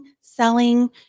selling